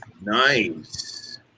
Nice